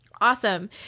awesome